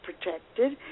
protected